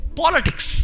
politics